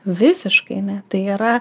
visiškai ne tai yra